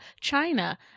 China